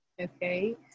Okay